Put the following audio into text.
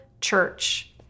church